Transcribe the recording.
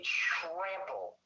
trample